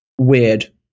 weird